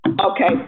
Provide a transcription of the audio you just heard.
Okay